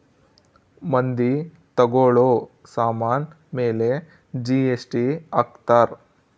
ಮಂದಿ ತಗೋಳೋ ಸಾಮನ್ ಮೇಲೆ ಜಿ.ಎಸ್.ಟಿ ಹಾಕ್ತಾರ್